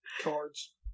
Cards